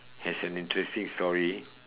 has an interesting story